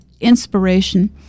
inspiration